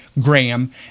Graham